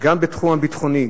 גם בתחום הביטחוני,